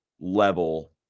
level